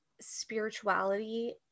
spirituality